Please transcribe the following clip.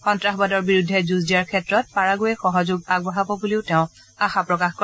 সন্ত্ৰাসবাদৰ বিৰুদ্ধে যুঁজ দিয়াৰ ক্ষেত্ৰত পেৰাণ্ডৱে সহযোগ আগবঢ়াব বুলি তেওঁ আশা প্ৰকাশ কৰে